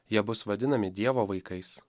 jie bus vadinami dievo vaikais